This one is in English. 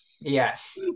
Yes